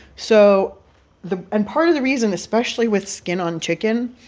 so the and part of the reason, especially with skin-on chicken,